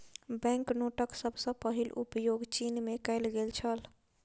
bank नोटक सभ सॅ पहिल उपयोग चीन में कएल गेल छल